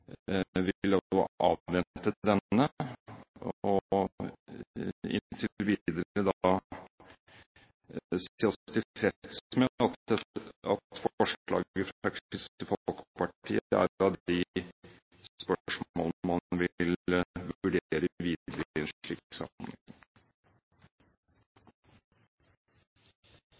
Vi vil avvente denne, og inntil videre vil vi da si oss tilfreds med at forslaget fra Kristelig Folkeparti er av de spørsmålene man vil vurdere videre i en slik sammenheng.